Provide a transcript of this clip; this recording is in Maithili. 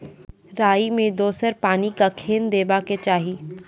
राई मे दोसर पानी कखेन देबा के चाहि?